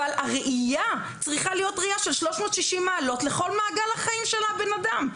אבל הראייה צריכה להיות ראיה של 360 מעלות לכל מעגל החיים של הבן אדם.